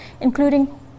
including